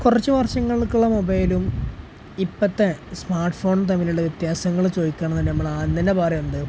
കുറച്ച് വർഷങ്ങൾക്ക് മുമ്പുള്ള മൊബൈലും ഇപ്പോഴത്തെ സ്മാർട്ട് ഫോണും തമ്മിലുള്ള വ്യത്യാസങ്ങള് ചോദിക്കുകയാണെങ്കില് നമ്മളാദ്യം തന്നെ പറയുക എന്താണ്